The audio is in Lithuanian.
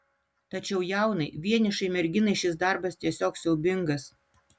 tačiau jaunai vienišai merginai šis darbas tiesiog siaubingas